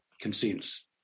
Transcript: consents